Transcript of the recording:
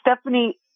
Stephanie